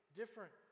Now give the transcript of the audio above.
different